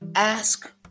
Ask